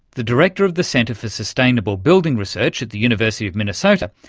the director of the center for sustainable building research at the university of minnesota,